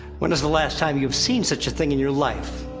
when was the last time you've seen such a thing in your life?